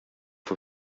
fue